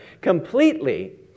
completely